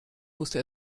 musste